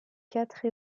quatre